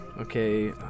okay